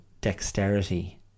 dexterity